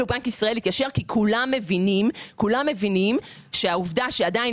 אפילו בנק ישראל התיישר כי כולם מבינים שהעובדה שעדיין